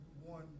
one